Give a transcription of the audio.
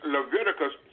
Leviticus